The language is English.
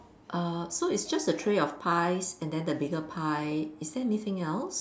err so it's just a tray of pies and then the bigger pie is there anything else